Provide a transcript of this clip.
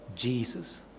Jesus